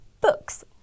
books